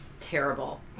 Terrible